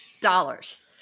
Dollars